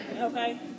Okay